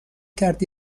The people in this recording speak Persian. کرد